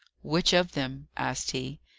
which of them? asked he.